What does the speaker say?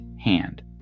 hand